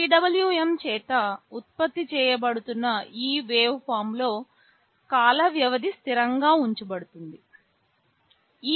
PWM చేత ఉత్పత్తి చేయబడుతున్న ఈ వేవ్ఫార్మ్లో కాల వ్యవధి స్థిరంగా ఉంచబడుతుంది